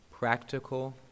Practical